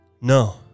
No